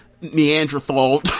Neanderthal